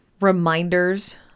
reminders